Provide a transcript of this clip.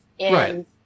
Right